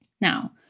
Now